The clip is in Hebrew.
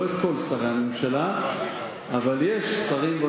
אני מוצא לנכון לסיים את דברי, אדוני היושב-ראש.